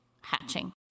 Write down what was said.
hatching